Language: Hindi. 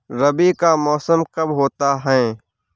रबी का मौसम कब होता हैं?